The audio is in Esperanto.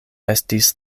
estis